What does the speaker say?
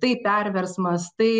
tai perversmas tai